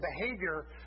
behavior